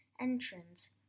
entrance